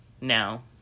Now